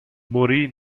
morì